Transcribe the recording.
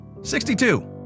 62